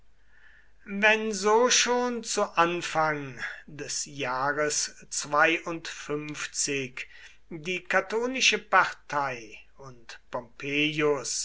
wenn so schon zu anfang des jahres die catonische partei und pompeius